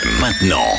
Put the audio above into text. Maintenant